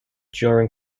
during